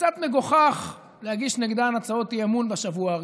שקצת מגוחך להגיש נגדן הצעות אי-אמון בשבוע הראשון.